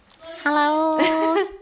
Hello